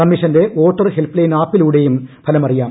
കമ്മീഷന്റെ voter helpline ആപ്പിലൂടെയും ഫലം അറിയാം